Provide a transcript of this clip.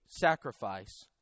sacrifice